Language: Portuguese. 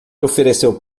ofereceu